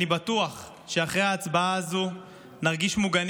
אני בטוח שאחרי ההצבעה הזו נרגיש מוגנים